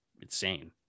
insane